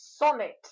Sonnet